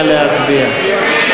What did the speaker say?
נא להצביע.